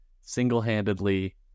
single-handedly